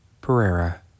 Pereira